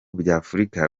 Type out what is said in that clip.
by’afurika